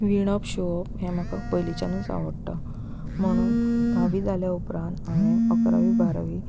विणप शिंवप हें म्हाका पयलींच्यानूच आवडटा म्हणून धावी जाल्या उपरांत हांवें अकरावी बारावी